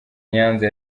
nyanza